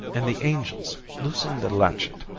and the angels, loosing the latchet,